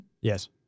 yes